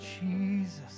Jesus